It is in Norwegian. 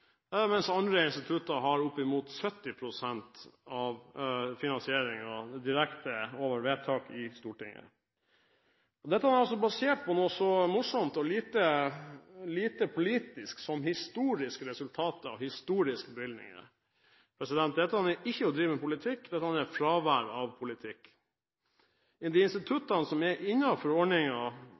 mens andre institutter har opp mot 70 pst. av finansieringen direkte etter vedtak i Stortinget. Dette er altså basert på noe så morsomt og lite politisk som historiske resultater, historiske bevilgninger. Dette er ikke å drive politikk, dette er fravær av politikk. De instituttene som er